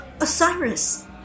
Osiris